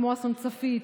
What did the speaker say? כמו אסון צפית,